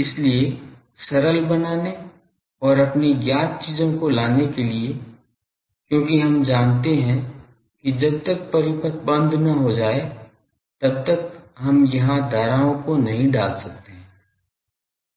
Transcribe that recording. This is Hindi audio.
इसलिए सरल बनाने और अपनी ज्ञात चीजों को लाने के लिए क्योंकि हम चाहते हैं कि जब तक परिपथ बंद न हो जाए तब तक हम यहां धाराओं को नहीं डाल सकते हैं